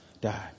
die